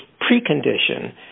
precondition